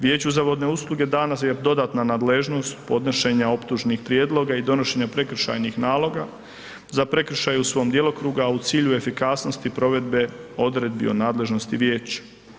Vijeću za vodne usluge dana je dodatna nadležnost podnošenja optužnih prijedloga i donošenja prekršajnih naloga za prekršaj u svom djelokrugu a u cilju efikasnosti provedbe odredbi o nadležnosti vijeća.